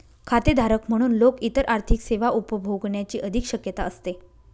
खातेधारक म्हणून लोक इतर आर्थिक सेवा उपभोगण्याची अधिक शक्यता असते